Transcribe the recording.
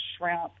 shrimp